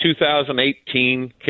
2018